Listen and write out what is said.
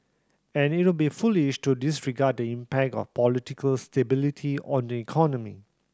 and it would be foolish to disregard the impact of political stability on the economy